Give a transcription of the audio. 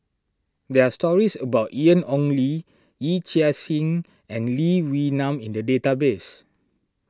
there are stories about Ian Ong Li Yee Chia Hsing and Lee Wee Nam in the database